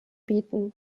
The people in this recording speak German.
bieten